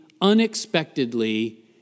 unexpectedly